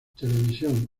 televisión